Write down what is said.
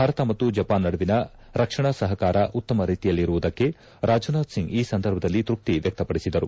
ಭಾರತ ಮತ್ತು ಜಪಾನ್ ನಡುವಿನ ರಕ್ಷಣಾ ಸಹಕಾರ ಉತ್ತಮ ರೀತಿಯಲ್ಲಿರುವುದಕ್ಕೆ ರಾಜ್ನಾಥ್ ಸಿಂಗ್ ಈ ಸಂದರ್ಭದಲ್ಲಿ ತೃಪ್ತಿ ವ್ಯಕ್ತಪಡಿಸಿದರು